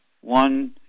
one